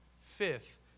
Fifth